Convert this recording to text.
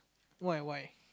why why